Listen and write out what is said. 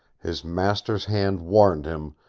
his master's hand warned him,